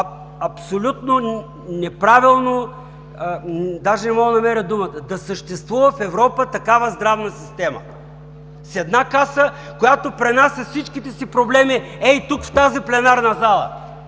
абсолютно неправилно е, даже не мога да намеря думата, да съществува в Европа такава здравна система. С една каса, която пренася всичките си проблеми тук, в тази пленарна зала.